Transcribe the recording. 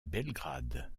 belgrade